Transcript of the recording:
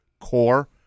core